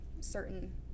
certain